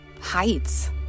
heights